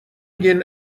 گین